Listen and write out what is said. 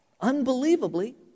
unbelievably